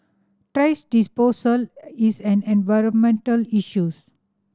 thrash disposal is an environmental issues